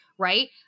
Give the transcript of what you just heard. Right